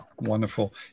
Wonderful